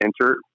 enter